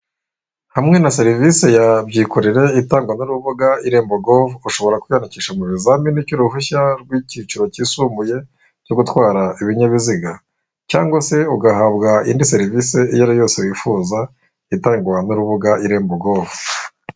Hamwe na serivisi ya byikorere itangwa n'urubuga irembo gove. Ushobora kwiyandikisha mu bizamini cy'uruhushya rw'icyiciro kisumbuye cyo gutwara ibinyabiziga, cyangwa se ugahabwa indi serivisi iyo ari yose wifuza itangwa n'urubuga irembo gove.